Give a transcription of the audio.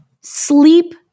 sleep